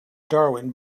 darwin